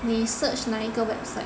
你 search 哪一个 website